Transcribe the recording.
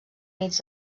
units